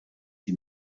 die